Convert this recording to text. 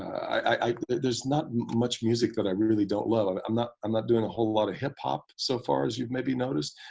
there's not much music that i really don't love. i'm not um not doing a whole lot of hip hop, so far as you've maybe noticed.